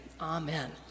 amen